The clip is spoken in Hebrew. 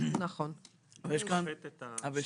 שירכז את --- בסדר.